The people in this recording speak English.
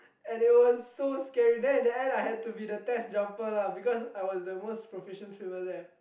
and it was so scary then in the end I had to be the test jumper lah because I was the most proficient swimmer there